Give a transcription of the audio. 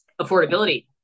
affordability